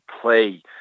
play